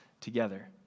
together